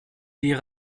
ihre